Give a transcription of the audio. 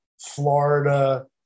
Florida